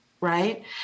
Right